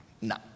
no